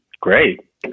great